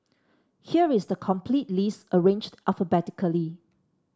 here is the complete list arranged alphabetically